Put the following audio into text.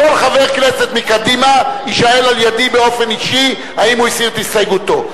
כל חבר כנסת מקדימה יישאל על-ידי באופן אישי אם הוא הסיר את הסתייגותו.